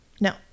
No